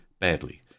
badly